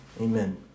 Amen